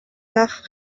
nach